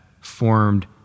formed